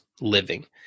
living